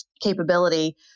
capability